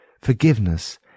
Forgiveness